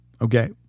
Okay